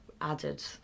added